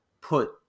put –